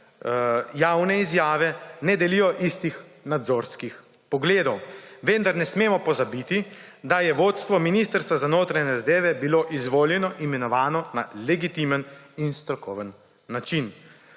javne izjave ne delijo istih nazorskih pogledov. Vendar ne smemo pozabiti, da je vodstvo Ministrstva za notranje zadeve bilo izvoljeno, imenovano na legitimen in strokoven način.